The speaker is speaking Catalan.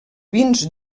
vins